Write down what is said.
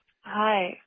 Hi